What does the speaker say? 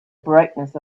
brightness